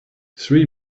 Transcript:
three